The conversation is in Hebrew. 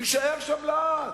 נישאר שם לעד,